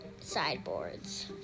sideboards